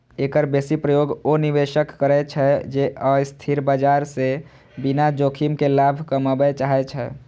एकर बेसी प्रयोग ओ निवेशक करै छै, जे अस्थिर बाजार सं बिना जोखिम के लाभ कमबय चाहै छै